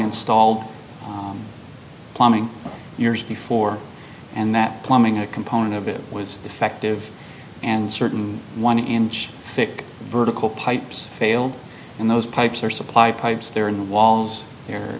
installed plumbing years before and that plumbing a component of it was defective and certain one inch thick vertical pipes failed in those pipes or supply pipes there in the walls